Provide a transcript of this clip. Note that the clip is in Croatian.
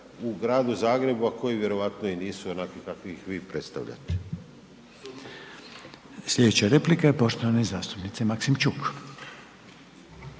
u Gradu Zagrebu, a koji vjerojatno i nisu onakvi kakvi ih vi predstavljate. **Reiner, Željko (HDZ)** Slijedeća replika je poštovane zastupnice Maksimčuk.